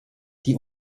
die